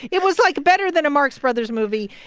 it was, like, better than a marx brothers movie.